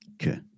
Okay